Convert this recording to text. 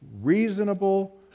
reasonable